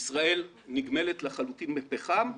ישראל נגמלת לחלוטין מפחם.